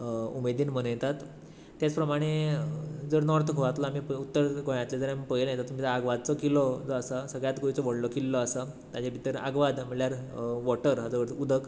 उमेदीन मनयतात तेंच प्रमाणें जर नाॅर्थ गोवांतलो आमी पळय उत्तर गोंयांतलें जर आमी पळयलें जाल्यार आगवादचो किल्लो जो आसा सगळ्यांत गोंयचो व्हडलो किल्लो आसा ताचे भितर आग्वाद म्हणल्यार वॉटर हाचो अर्थ उदक